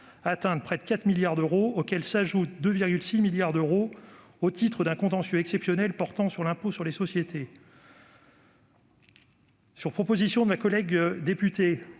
ainsi près de 4 milliards d'euros, auxquels s'ajoutent 2,6 milliards d'euros au titre d'un contentieux exceptionnel portant sur l'impôt sur les sociétés. Sur proposition de ma collègue députée